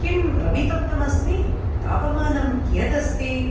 किं रवितप्तम् अस्ति तापमानं कियदस्ति